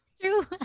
true